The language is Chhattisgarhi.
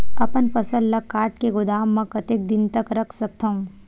अपन फसल ल काट के गोदाम म कतेक दिन तक रख सकथव?